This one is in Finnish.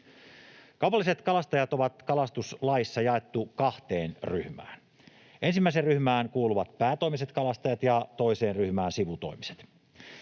Kaupalliset kalastajat on kalastuslaissa jaettu kahteen ryhmään: ensimmäiseen ryhmään kuuluvat päätoimiset kalastajat ja toiseen ryhmään sivutoimiset.